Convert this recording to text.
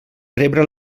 rebre